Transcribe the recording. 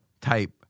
type